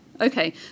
okay